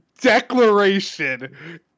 declaration